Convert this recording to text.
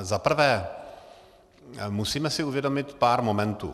Zaprvé musíme si uvědomit pár momentů.